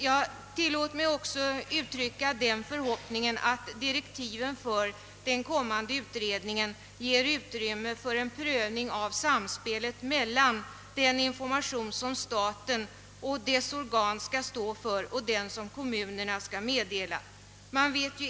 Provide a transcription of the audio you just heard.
Jag tillåter mig också uttrycka den förhoppningen att direktiven för den kommande utredningen ger utrymme för en prövning av samspelet mellan den information som staten och dess organ skall förmedla och den som kommunerna skall ge.